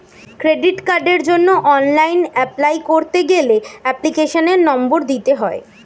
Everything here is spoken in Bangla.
ক্রেডিট কার্ডের জন্য অনলাইন এপলাই করতে গেলে এপ্লিকেশনের নম্বর দিতে হয়